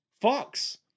Fox